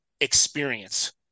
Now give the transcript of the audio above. experience